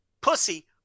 pussy